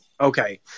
Okay